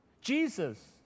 Jesus